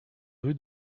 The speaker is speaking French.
rue